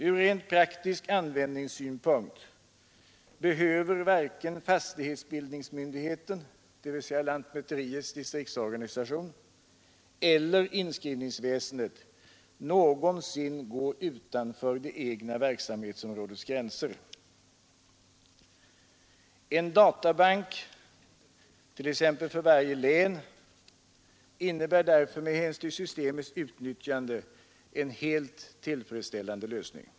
Ur rent praktisk användningssynpunkt behöver varken fastighetsbildningsmyndigheterna, dvs. lantmäteriets distriktsorganisation, eller inskrivningsväsendet någonsin gå utanför det egna verksamhetsområdets gränser. En databank för t.ex. varje län innebär därför med hänsyn till systemets utnyttjande en helt tillfredsställande lösning.